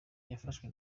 wafashwe